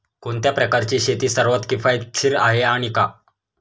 कोणत्या प्रकारची शेती सर्वात किफायतशीर आहे आणि का?